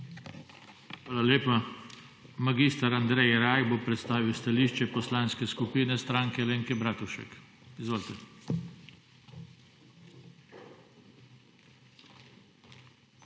Hvala lepa. Mag. Andrej Rajh bo predstavil stališče Poslanske skupine Stranke Alenke Bratušek. Izvolite.